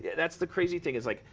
yeah that's the crazy thing is like,